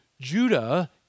Judah